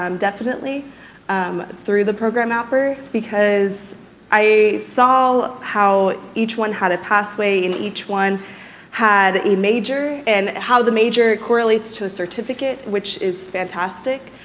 um definitely um through the program mapper, because i saw how each one had a pathway, and each one had a major, and how the major correlates to a certificate which is fantastic.